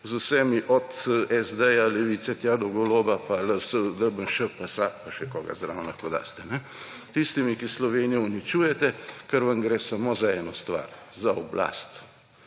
z vsemi od SD, Levice, tja do Goloba, pa LMŠ, pa SAB pa še koga zraven lahko daste ‒, tistimi, ki Slovenijo uničujete, ker vam gre samo za eno stvar: za oblast.